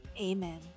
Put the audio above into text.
Amen